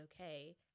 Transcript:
okay –